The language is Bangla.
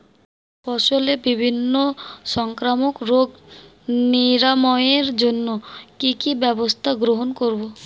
ফসলের বিভিন্ন সংক্রামক রোগ নিরাময়ের জন্য কি কি ব্যবস্থা গ্রহণ করব?